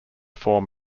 form